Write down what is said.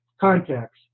contacts